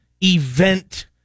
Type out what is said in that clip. event